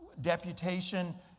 Deputation